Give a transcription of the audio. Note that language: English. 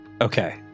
Okay